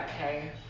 Okay